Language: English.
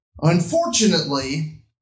Unfortunately